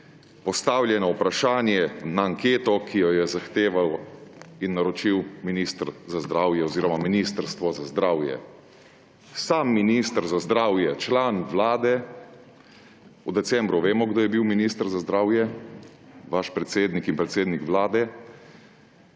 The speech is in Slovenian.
postavljeno vprašanje na anketo, ki jo je zahteval in naročilo minister za zdravje oziroma Ministrstvo za zdravje. Sam minister za zdravje, član Vlade ‒ v decembru vemo, kdo je bil minister za zdravje, vaš predsednik in predsednik Vlade